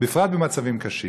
בפרט במצבים קשים.